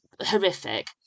horrific